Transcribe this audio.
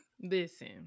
Listen